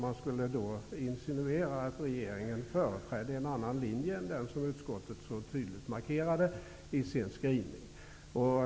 Man skulle då insinuera att regeringen företrädde en annan linje än den utskottet så tydligt markerade i sin skrivning.